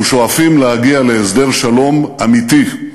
אנחנו שואפים להגיע להסדר שלום אמיתי.